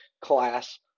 class